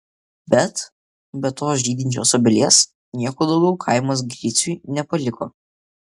bet be tos žydinčios obelies nieko daugiau kaimas griciui nepaliko